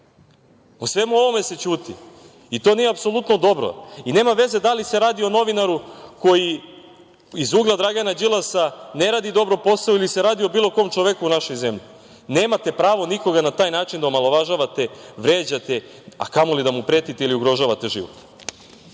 svemu ovome se ćuti i to nije apsolutno dobro. Nema veze da li se radi o novinaru koji iz ugla Dragana Đilasa ne radi dobro posao ili se radi o bilo kom čoveku u našoj zemlji. Nemate pravo nikoga na taj način da omalovažavate, vređate, a kamoli da mu pretite ili ugrožavate život. Ono